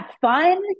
fun